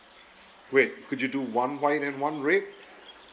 wait could you do one white and one red